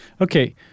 Okay